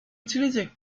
utilisé